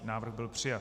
Návrh byl přijat.